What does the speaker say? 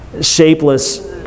shapeless